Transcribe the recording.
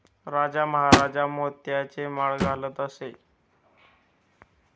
राजा महाराजा मोत्यांची माळ घालत असे